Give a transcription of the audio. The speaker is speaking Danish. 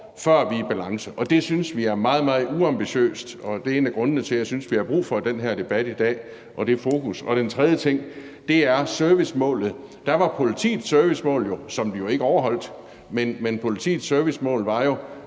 før man er i balance, og det synes vi er meget, meget uambitiøst, og det er en af grundene til, jeg synes, vi har brug for den her debat i dag og det fokus. Og den tredje ting er servicemålet. Der var politiets servicemål, som vi jo ikke overholdt, at man skulle have en prøve,